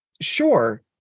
sure